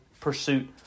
pursuit